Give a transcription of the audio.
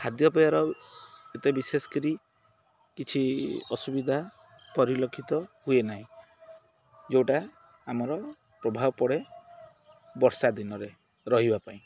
ଖାଦ୍ୟପେୟର ଏତେ ବିଶେଷ କରି କିଛି ଅସୁବିଧା ପରିଲକ୍ଷିତ ହୁଏ ନାହିଁ ଯେଉଁଟା ଆମର ପ୍ରଭାବ ପଡ଼େ ବର୍ଷା ଦିନରେ ରହିବା ପାଇଁ